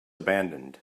abandoned